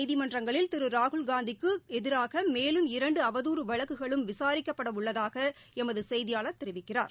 நீதிமன்றங்களில் திருராகுல்காந்திக்குஎதிராகமேலும் குஐராத் இரண்டுஅவதூறு வழக்குகளும் விசாரிக்கப்படஉள்ளதாகளமதுசெய்தியாளர் தெரிவிக்கிறார்